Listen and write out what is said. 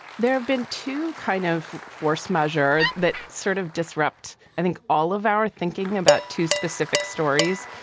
there have been two kind of force measure that sort of disrupt i think all of our thinking about two specific stories.